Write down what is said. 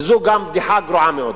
וזו גם בדיחה גרועה מאוד.